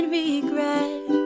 regret